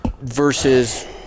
versus